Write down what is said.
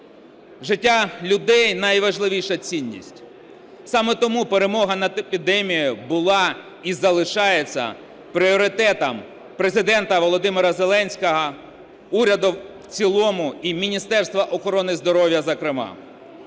Життя людей – найважливіша цінність. Саме тому перемога над епідемією була і залишається пріоритетом Президента Володимира Зеленського, уряду в цілому і Міністерства охорони здоров'я, зокрема.